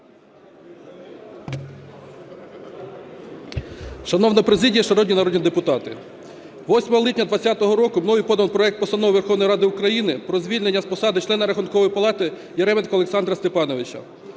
Шановна президіє, шановні народні депутати! 8 липня 20-го року мною поданий проект Постанови Верховної Ради України про звільнення з посади члена Рахункової палати Яременка Олександра Степановича.